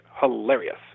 hilarious